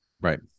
Right